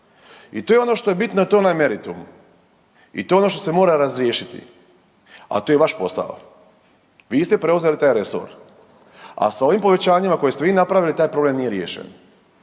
I to je ono što je bitno, to je onaj meritum i to je ono što se mora razriješiti, a to je vaš posao, vi ste preuzeli taj resor, a s ovim povećanjima koje ste vi napravili taj problem nije riješen.